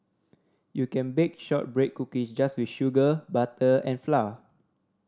you can bake shortbread cookies just with sugar butter and flour